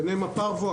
ביניהם הפרוו,